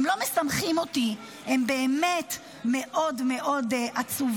הם לא משמחים אותי, הם באמת מאוד עצובים.